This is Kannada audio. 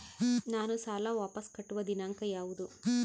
ನಾನು ಸಾಲ ವಾಪಸ್ ಕಟ್ಟುವ ದಿನಾಂಕ ಯಾವುದು?